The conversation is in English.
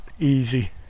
easy